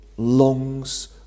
longs